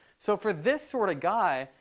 so for this sort of guy,